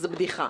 זאת בדיחה.